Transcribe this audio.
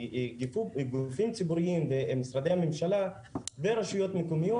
כי גופים ציבוריים ומשרדי הממשלה ורשויות מקומיות,